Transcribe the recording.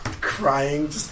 crying